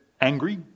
angry